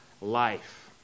life